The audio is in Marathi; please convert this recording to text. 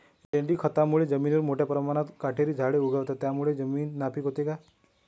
लेंडी खतामुळे जमिनीवर मोठ्या प्रमाणावर काटेरी झाडे उगवतात, त्यामुळे जमीन नापीक होते का?